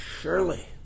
surely